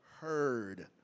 heard